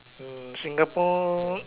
hmm Singapore